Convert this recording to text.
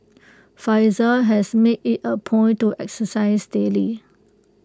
Faizal has made IT A point to exercise daily